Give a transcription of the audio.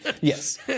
Yes